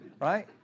Right